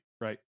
right